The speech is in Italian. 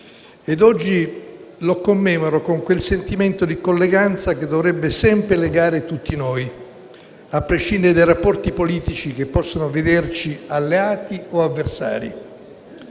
oggi lo commemoro con quel sentimento di colleganza che dovrebbe sempre legare tutti noi, a prescindere dai rapporti politici che possono vederci alleati o avversari.